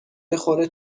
بخوره